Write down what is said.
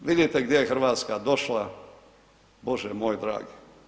Vidite gdje je Hrvatska došla Bože moj dragi.